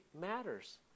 matters